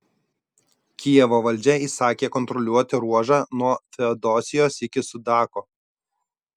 kijevo valdžia įsakė kontroliuoti ruožą nuo feodosijos iki sudako